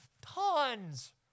Tons